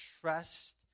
trust